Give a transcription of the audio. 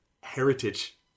heritage